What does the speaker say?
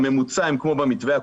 ובממוצע הם כמו במתווה הקודם,